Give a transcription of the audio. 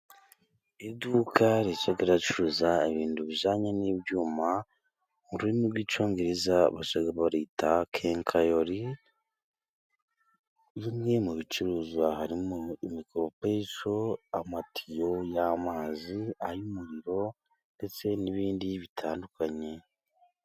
Iduka rijya ricuruza ibintu bijyanye n'ibyuma; mu rurimi rw’Icyongereza bajya bita “Kenkayori.” Bimwe mu bicuruzwa harimo imikoropesho, amatiyo y’amazi, ay’umuriro, ndetse n’ibindi bitandukanye.